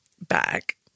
back